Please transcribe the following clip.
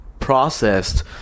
processed